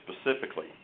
specifically